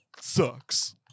sucks